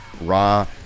raw